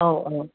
औऔ